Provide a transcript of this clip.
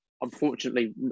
Unfortunately